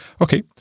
Okay